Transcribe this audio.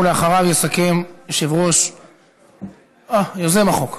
ואחריו יסכם יוזם החוק,